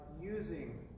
using